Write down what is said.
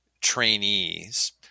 trainees